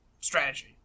strategy